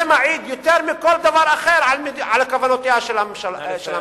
זה מעיד יותר מכל דבר אחר על כוונותיה של הממשלה.